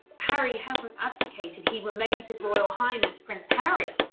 harry hasn't abdicated. he remains his royal highness, prince harry,